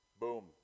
Boom